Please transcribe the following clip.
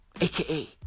aka